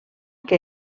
que